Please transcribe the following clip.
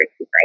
right